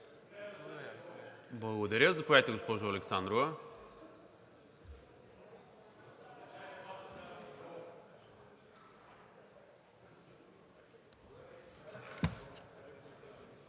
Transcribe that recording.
Славов. Заповядайте, госпожо Александрова.